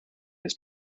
his